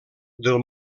del